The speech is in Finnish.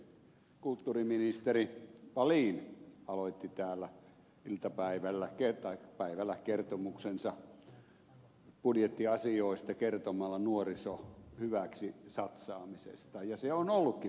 kulttuuriministeri wallin aloitti täällä iltapäivällä kertomuksensa budjettiasioista kertomalla nuorison hyväksi satsaamisesta ja se on ollutkin merkittävää